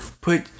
put